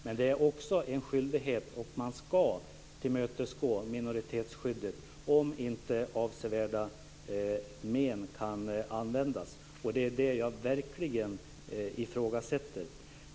Men det finns också en skyldighet att tillmötesgå minoriteten enligt minoritetsskyddet om inte avsevärda men kan anföras. Och det är detta som jag verkligen ifrågasätter.